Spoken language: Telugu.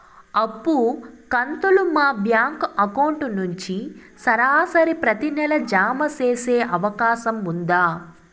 అప్పు కంతులు మా బ్యాంకు అకౌంట్ నుంచి సరాసరి ప్రతి నెల జామ సేసే అవకాశం ఉందా?